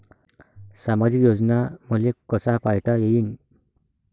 सामाजिक योजना मले कसा पायता येईन?